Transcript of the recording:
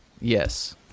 Yes